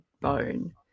bone